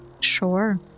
Sure